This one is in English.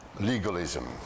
Legalism